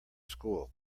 school